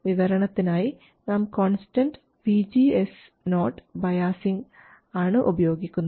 വിവരണത്തിനായി നാം constant VGS0 biasing ആണ് ഉപയോഗിക്കുന്നത്